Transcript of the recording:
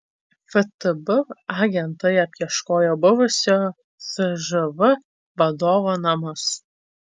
ftb agentai apieškojo buvusio cžv vadovo namus